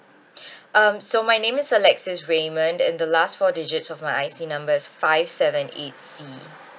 um so my name is alexis raymond and the last four digits of my I_C number is five seven eight C